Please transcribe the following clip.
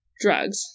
drugs